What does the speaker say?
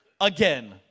again